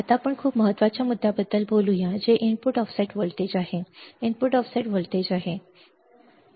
आता आपण खूप महत्वाच्या मुद्द्याबद्दल बोलूया जे input offset voltage input offset voltage आहे